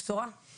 יש בשורה היום.